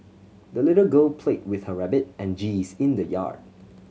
the little girl played with her rabbit and geese in the yard